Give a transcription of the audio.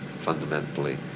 fundamentally